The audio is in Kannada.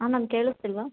ಹಾಂ ಮ್ಯಾಮ್ ಕೇಳಿಸ್ತಿಲ್ಲವ